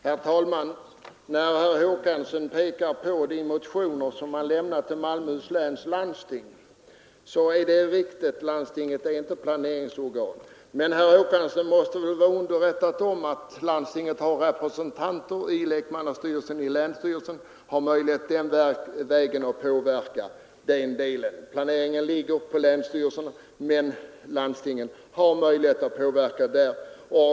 Herr talman! Herr Håkansson pekar på de motioner som han lämnat till Malmöhus läns landsting. och det är riktigt att landstinget inte är planeringsorgan. Men herr Håkansson måste väl vara underrättad om att landstinget har representanter i länsstyrelsen och på den vägen har möjlighet att påverka. Planeringen ligger hos länsstyrelsen, men landstinget har alltså där möjlighet att påverka den.